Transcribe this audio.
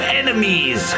enemies